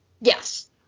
Yes